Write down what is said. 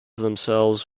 themselves